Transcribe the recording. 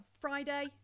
Friday